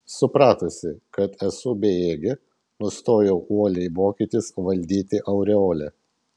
supratusi kad esu bejėgė nustojau uoliai mokytis valdyti aureolę